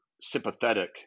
sympathetic